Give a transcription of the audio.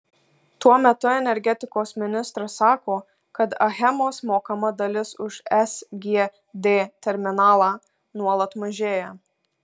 tuo metu energetikos ministras sako kad achemos mokama dalis už sgd terminalą nuolat mažėja